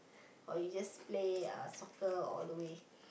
or you just play uh soccer all the way